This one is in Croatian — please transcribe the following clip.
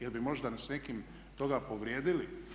Jel bi možda s nekim toga povrijedili?